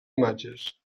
imatges